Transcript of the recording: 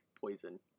poison